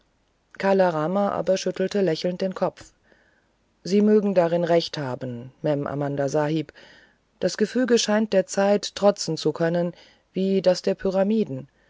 kala rama aber schüttelte lächelnd den kopf sie mögen darin recht haben mem amanda sahib das gefüge scheint der zeit trotzen zu können wie das der pyramiden